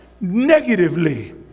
negatively